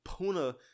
Puna